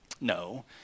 No